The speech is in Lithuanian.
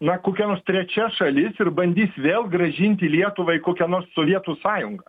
na kokia nors trečia šalis ir bandys vėl grąžinti lietuvai kokią nors sovietų sąjungą